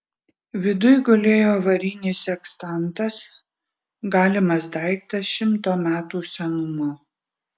viduj gulėjo varinis sekstantas galimas daiktas šimto metų senumo